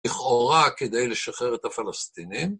לכאורה, כדי לשחרר את הפלסטינים...